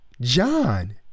John